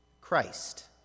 Christ